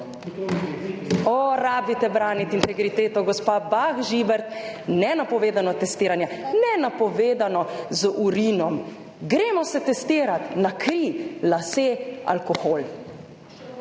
O, rabite braniti integriteto, gospa Bah Žibert. Nenapovedano testiranje, nenapovedano, z urinom. Gremo se testirat na kri, lase, alkohol!